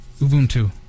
Ubuntu